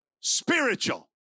Spiritual